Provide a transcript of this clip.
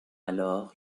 alors